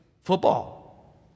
Football